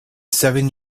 seven